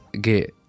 get